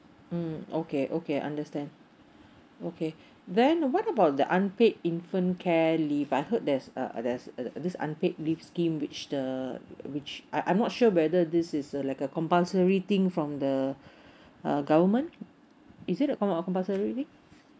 mm okay okay understand okay then what about the unpaid infant care leave I heard there's a there's a a this unpaid leave scheme which the which I I'm not sure whether this is a like a compulsory thing from the uh government is it com~ compulsory thing